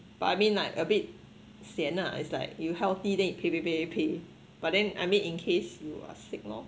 but I mean like a bit sian lah it's like you healthy then you pay pay pay pay but then I mean in case you are sick loh